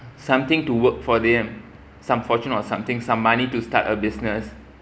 something to work for them some fortunate or something some money to start a business